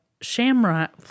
shamrock